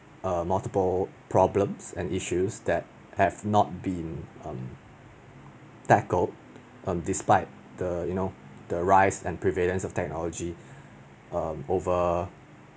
err multiple problems and issues that have not been um tackled um despite the you know the rise and prevalence of technology um over